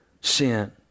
sin